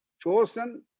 chosen